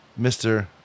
Mr